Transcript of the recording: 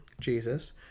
Jesus